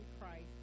Christ